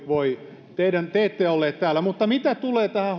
voi sanoa te ette ollut täällä mutta mitä tulee tähän